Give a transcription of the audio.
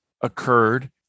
occurred